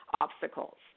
obstacles